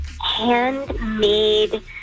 handmade